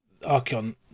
Archeon